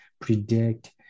predict